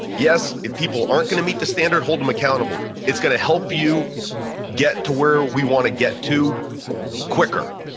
yes, if people aren't going to meet the standard, hold them accountable. it's going to help you get to where we want to get to quicker.